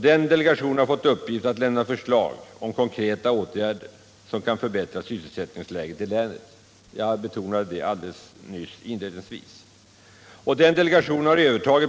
Den har fått i uppdrag att framlägga förslag till konkreta åtgärder som kan förbättra sysselsättningsläget i länet. Delegationen har bl.a. övertagit